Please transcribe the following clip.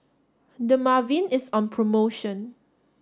Dermaveen is on promotion